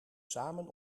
samen